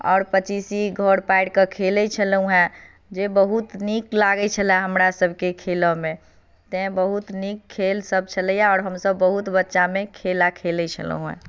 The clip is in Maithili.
आओर पचीसी घर पारिके खेलैत छलहुँ हेँ जे बहुत नीक लागैत छलए हमरासभके खेलऽ मे तैँ बहुत नीक खेलसभ छलैए आओर हमसभ बहुत बच्चामे खेला खेलैत छलहुँ हेँ